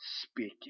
speaking